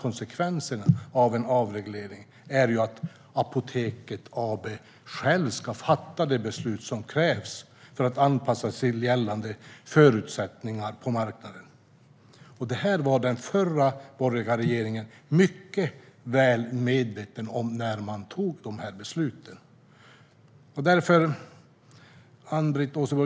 Konsekvenserna av avregleringen är att Apoteket AB självt ska fatta de beslut som krävs för att anpassa sig till gällande förutsättningar på marknaden. Detta var den borgerliga regeringen mycket väl medveten om när man tog dessa beslut.